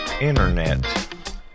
internet